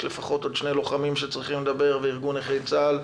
לפחות עוד שני לוחמים שצריכים לדבר וארגון נכי צה"ל,